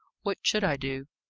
what should i do?